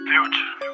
Future